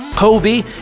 Kobe